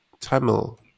Tamil